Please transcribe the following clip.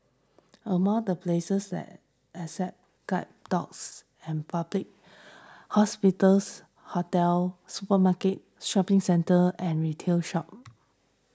among the places that accept guide dogs and public hospitals hotels supermarkets shopping centres and retail stores